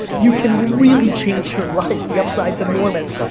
you can really change your life. the upside's enormous.